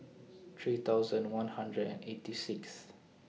three thousand one hundred and eighty Sixth